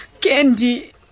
Candy